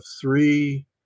three